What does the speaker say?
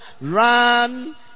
Run